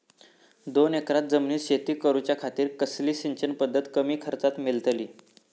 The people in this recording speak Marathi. दोन एकर जमिनीत शेती करूच्या खातीर कसली सिंचन पध्दत कमी खर्चात मेलतली?